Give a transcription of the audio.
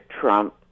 Trump